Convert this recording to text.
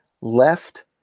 left